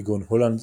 כגון הולנד,